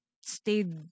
stayed